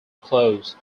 close